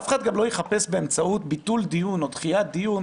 גם אף אחד לא יחפש באמצעות ביטול דיון או דחיית דיון,